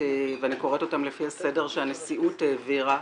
- ואני קוראת אותם לפי הסדר שהנשיאות העבירה,